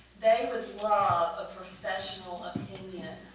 they would love a professional opinion